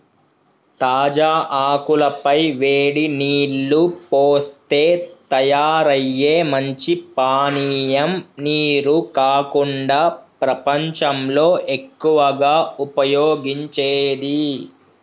తాజా ఆకుల పై వేడి నీల్లు పోస్తే తయారయ్యే మంచి పానీయం నీరు కాకుండా ప్రపంచంలో ఎక్కువగా ఉపయోగించేది